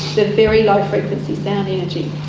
the very low frequency sound energy.